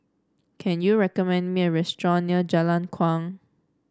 can you recommend me a restaurant near Jalan Kuang